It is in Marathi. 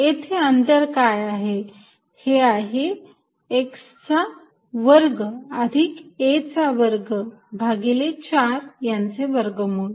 इथे अंतर काय आहे हे आहे x चा वर्ग अधिक a चा वर्ग भागिले चार यांचे वर्गमूळ